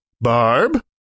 Barb